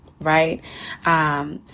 right